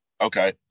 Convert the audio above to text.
Okay